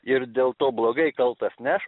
ir dėl to blogai kaltas ne aš